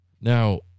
Now